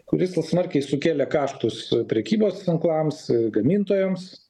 kuris tas smarkiai sukėlė kaštus prekybos tinklams gamintojams